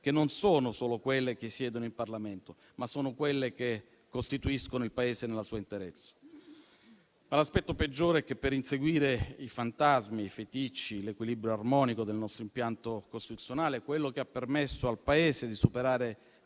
che sono non solo quelle che siedono in Parlamento, ma anche quelle che costituiscono il Paese nella sua interezza. L'aspetto peggiore è che, per inseguire i fantasmi e i feticci, all'equilibrio armonico del nostro impianto costituzionale, quello che ha permesso al Paese di superare